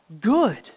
good